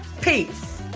Peace